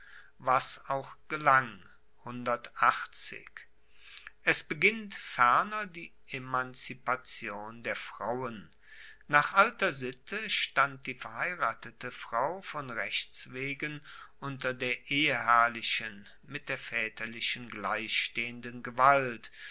was auch gelang es beginnt ferner die emanzipation der frauen nach alter sitte stand die verheiratete frau von rechts wegen unter der eheherrlichen mit der vaeterlichen gleichstehenden gewalt